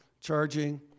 Charging